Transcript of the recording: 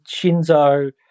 Shinzo